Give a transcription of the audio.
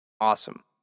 Awesome